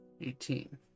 Eighteen